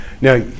Now